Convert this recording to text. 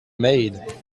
made